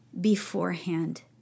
beforehand